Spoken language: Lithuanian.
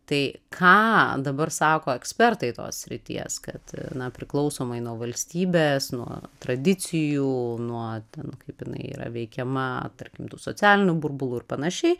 tai ką dabar sako ekspertai tos srities kad na priklausomai nuo valstybės nuo tradicijų nuo ten kaip jinai yra veikiama tarkim tų socialinių burbulų ir panašiai